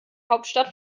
hauptstadt